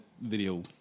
video